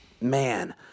man